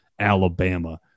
Alabama